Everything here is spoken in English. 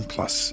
Plus